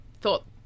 thought